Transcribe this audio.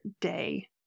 day